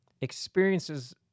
experiences